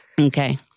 Okay